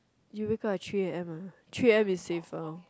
you wake up at three a_m lah three a_m is safer loh